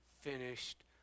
finished